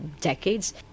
decades